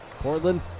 Portland